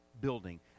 building